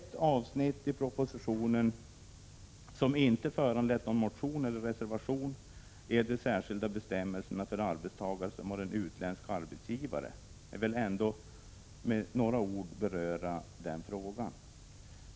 Ett avsnitt i propositionen som inte föranlett någon motion eller reservation är de särskilda bestämmelserna för arbetstagare som har en utländsk arbetsgivare. Jag vill ändå beröra den frågan med några ord.